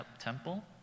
temple